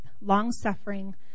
long-suffering